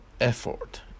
effort